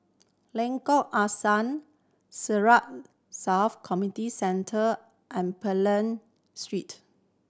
Lengkok Angsa Siglap South Community Centre and Street